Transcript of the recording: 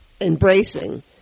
embracing